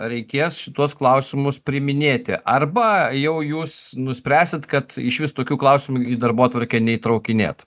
reikės šituos klausimus priiminėti arba jau jūs nuspręsit kad išvis tokių klausimų į darbotvarkę neįtraukinėt